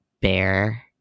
bear